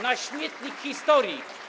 Na śmietnik historii.